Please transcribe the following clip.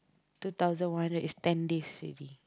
two thousand one hundred is ten days already